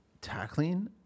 tackling